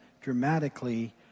dramatically